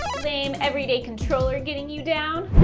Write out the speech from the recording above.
lame, everyday controller getting you down?